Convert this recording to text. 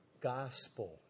gospel